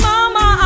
Mama